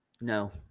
No